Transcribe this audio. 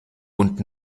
und